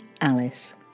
Alice